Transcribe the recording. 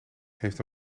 heeft